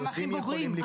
וגם אחים בוגרים.